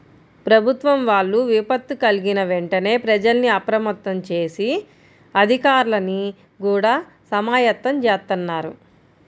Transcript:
ప్రభుత్వం వాళ్ళు విపత్తు కల్గిన వెంటనే ప్రజల్ని అప్రమత్తం జేసి, అధికార్లని గూడా సమాయత్తం జేత్తన్నారు